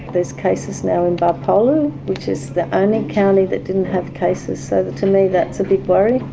there's cases now in gbarpolu, which is the only county that didn't have cases, so to me that's a big worry.